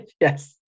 Yes